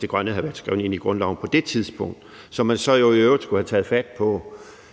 det grønne havde været skrevet ind i grundloven på det tidspunkt – noget, som man jo i øvrigt skulle have taget fat på